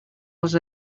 els